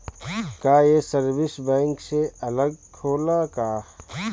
का ये service bank से अलग होला का?